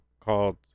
called